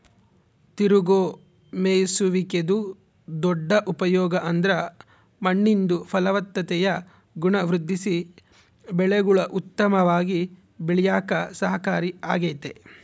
ತಿರುಗೋ ಮೇಯ್ಸುವಿಕೆದು ದೊಡ್ಡ ಉಪಯೋಗ ಅಂದ್ರ ಮಣ್ಣಿಂದು ಫಲವತ್ತತೆಯ ಗುಣ ವೃದ್ಧಿಸಿ ಬೆಳೆಗುಳು ಉತ್ತಮವಾಗಿ ಬೆಳ್ಯೇಕ ಸಹಕಾರಿ ಆಗ್ತತೆ